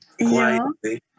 quietly